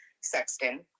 sexton